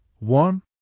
warm